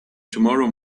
tomorrow